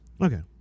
Okay